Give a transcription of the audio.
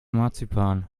marzipan